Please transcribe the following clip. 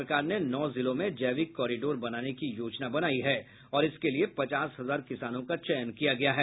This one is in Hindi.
सरकार ने नौ जिलों में जैविक कोरिडोर बनाने की योजना बनायी है और इसके लिए पचास हजार किसानों का चयन किया गया है